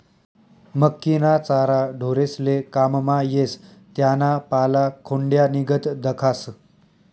मक्कीना चारा ढोरेस्ले काममा येस त्याना पाला खोंड्यानीगत दखास